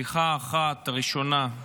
בדיחה אחת, הראשונה: